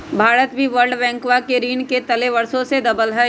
भारत भी वर्ल्ड बैंकवा के ऋण के तले वर्षों से दबल हई